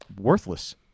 worthless